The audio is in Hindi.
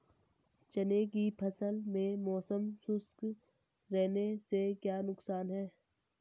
चने की फसल में मौसम शुष्क रहने से क्या नुकसान है?